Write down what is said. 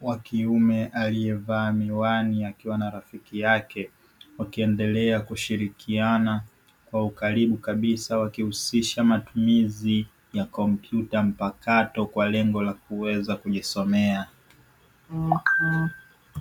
wa kiume aliyevaa miwani akiwa na rafiki yake wakiendelea kushirikiana kwa ukaribu kabisa, wakihusisha matumizi ya kompyuta mpakato kwa lengo la kujisomea.